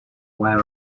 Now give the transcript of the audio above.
wear